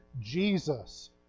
Jesus